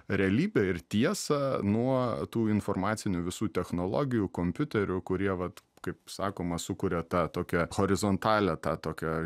realybę ir tiesą nuo tų informacinių visų technologijų kompiuterių kurie vat kaip sakoma sukuria tą tokią horizontalią tą tokią